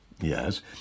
Yes